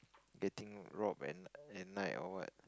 getting robbed at at night or what